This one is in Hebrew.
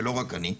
ולא רק אני,